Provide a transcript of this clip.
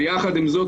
יחד עם זאת,